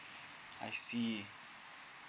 I see